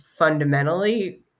Fundamentally